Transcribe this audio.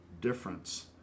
difference